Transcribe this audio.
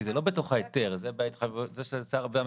כי זה לא בתוך ההיתר, זה של שר הבריאות.